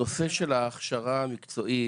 הנושא של ההכשרה המקצועית,